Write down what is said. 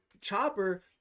Chopper